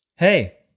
Hey